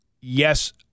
yes